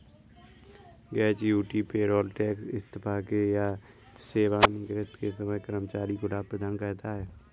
gratuity payroll tax इस्तीफे या सेवानिवृत्ति के समय कर्मचारी को लाभ प्रदान करता है